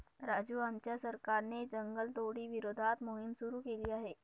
राजू आमच्या सरकारने जंगलतोडी विरोधात मोहिम सुरू केली आहे